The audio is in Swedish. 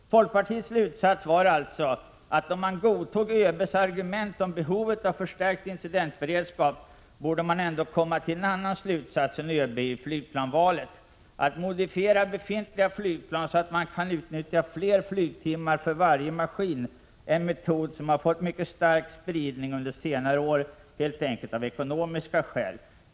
Folkpartiets slutsats var alltså att om man godtog ÖB:s argument om behovet av förstärkt incidentberedskap, borde man ändå komma till en annan slutsats än ÖB i flygplansvalet. Att modifiera befintliga flygplan så att man kan nyttja fler flygtimmar för varje flygplan är en metod som fått mycket stark spridning under senare år, helt enkelt av ekonomiska skäl.